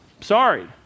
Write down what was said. Sorry